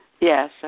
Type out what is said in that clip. Yes